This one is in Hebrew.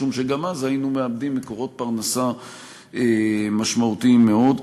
משום שגם אז היינו מאבדים מקורות פרנסה משמעותיים מאוד.